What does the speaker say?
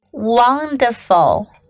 wonderful